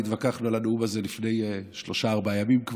התווכחנו לנו על הנאום הזה כבר לפני שלושה-ארבעה ימים,